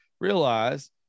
realize